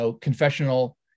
confessional